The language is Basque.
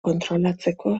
kontrolatzeko